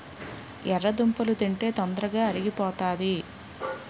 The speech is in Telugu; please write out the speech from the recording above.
ఎర్రదుంపలు తింటే తొందరగా అరిగిపోతాది